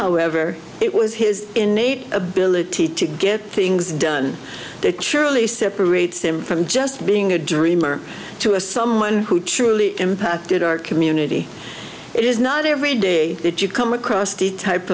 however it was his innate ability to get things done that surely separates him from just being a dreamer to a someone who truly impacted our community it is not every day that you come across the type